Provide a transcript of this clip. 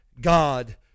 God